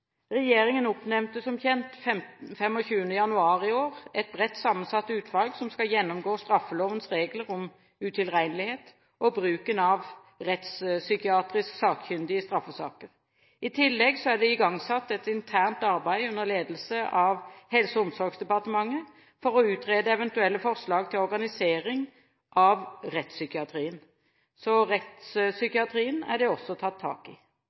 Regjeringen oppnevnte som kjent 25. januar i år et bredt sammensatt utvalg som skal gjennomgå straffelovens regler om utilregnelighet og bruken av rettspsykiatrisk sakkyndige i straffesaker. I tillegg er det igangsatt et internt arbeid under ledelse av Helse- og omsorgsdepartementet for å utrede eventuelle forslag til organisering av rettspsykiatrien. Så rettspsykiatrien er det også tatt tak i.